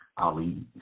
Ali